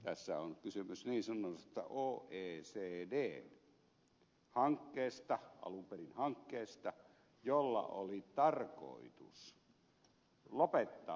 tässä on kysymys niin sanotusta oecd hankkeesta alun perin hankkeesta jolla oli tarkoitus lopettaa veroparatiisit